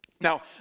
Now